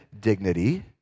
dignity